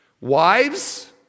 Wives